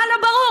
מה לא ברור?